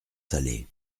salé